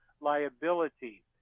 liability